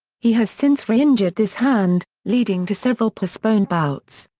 he has since reinjured this hand, leading to several postponed bouts.